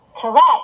Correct